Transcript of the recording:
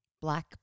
Black